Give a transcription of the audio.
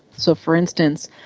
so, for instance,